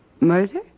murder